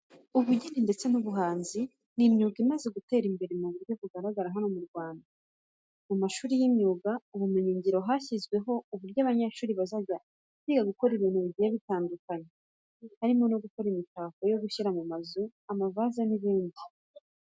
Ubugeni ndetse n'ubuhanzi ni imyuga imaze gutera imbere mu buryo bugaragara hano mu Rwanda. Mu mashuri y'imyuga n'ubumenyingiro hashizweho uburyo abanyeshuri bazajya biga gukora ibintu bigiye bitandukanye, harimo nko gukora imitako yo gushyira mu mazu, amavaze n'ibindi.